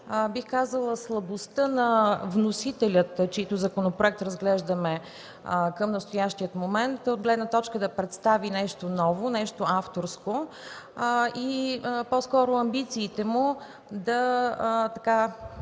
бих казала, слабостта на вносителя, чийто законопроект разглеждаме към настоящия момент, от гледна точка да представи нещо ново, нещо авторско и по-скоро амбициите му да